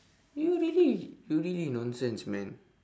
you really you really nonsense man